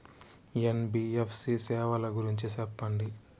NBFC సేవల గురించి సెప్పండి?